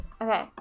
Okay